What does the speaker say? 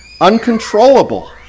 uncontrollable